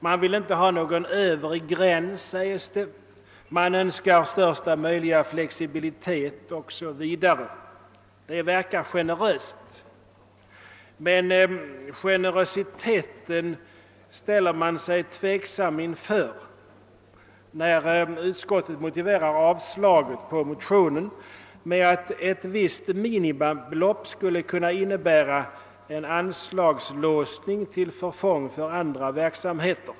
Man vill inte ha »någon Övre gräns», och man önskar största möjliga flexibilitet o. s. v. Det verkar generöst, men frågan är om så verkligen är fallet. Utskottet motiverar ett avslag på motionen med »att ett visst minimibelopp skulle kunna innebära en anslagslåsning till förfång för andra verksamheter».